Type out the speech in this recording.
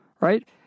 right